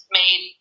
made